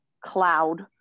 cloud